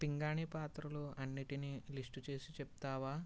పింగాణీ పాత్రలు అన్నిటినీ లిస్టు చేసి చెప్తావా